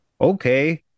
Okay